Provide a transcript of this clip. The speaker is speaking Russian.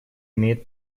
имеет